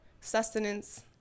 Sustenance